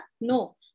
no